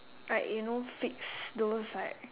like you know fix those like